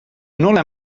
nola